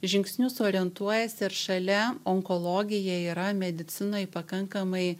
žingsnius orientuojiesi ir šalia onkologija yra medicinoj pakankamai